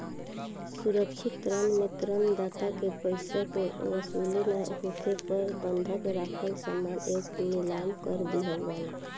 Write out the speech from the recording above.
सुरक्षित ऋण में ऋण दाता के पइसा के वसूली ना होखे पर बंधक राखल समान के नीलाम कर दिहल जाला